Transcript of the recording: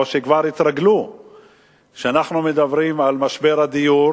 או שכבר התרגלו שאנחנו מדברים על משבר הדיור